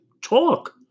talk